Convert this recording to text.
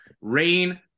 rain